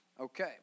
Okay